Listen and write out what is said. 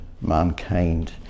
mankind